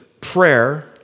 prayer